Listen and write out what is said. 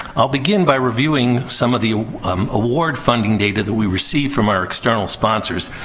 i'll begin by reviewing some of the um award funding data that we received from our external sponsors.